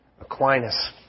Aquinas